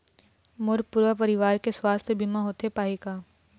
मोर पूरा परवार के सुवास्थ बीमा होथे पाही का?